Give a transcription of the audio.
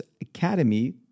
Academy